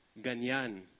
Ganyan